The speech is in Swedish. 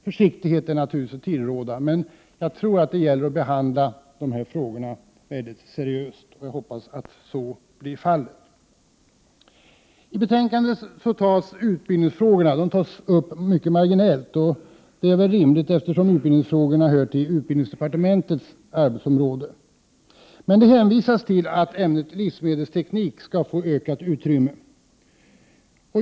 Försiktighet är naturligtvis att tillråda, men det gäller att behandla frågorna seriöst, och jag hoppas att så sker. I betänkandet tas utbildningsfrågorna upp mycket marginellt. Det är rimligt, eftersom utbildningsfrågorna hör till utbildningsdepartementets arbetsområde. Men det sägs att ämnet livsmedelsteknik skall få ökat utrymme.